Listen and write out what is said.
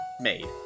made